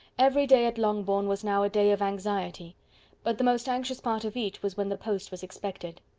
every day at longbourn was now a day of anxiety but the most anxious part of each was when the post was expected.